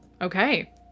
Okay